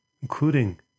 including